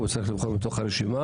הוא צריך לבחור מתוך הרשימה.